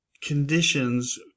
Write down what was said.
conditions